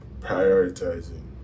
prioritizing